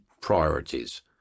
priorities